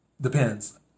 Depends